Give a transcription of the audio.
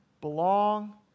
belong